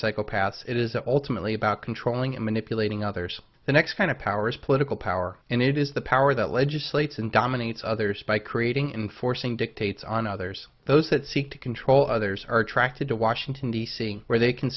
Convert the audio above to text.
psychopaths it is that ultimately about controlling and manipulating others the next kind of power is political power and it is the power that legislates and dominates others by creating in forcing dictates on others those that seek to control others are attracted to washington d c where they can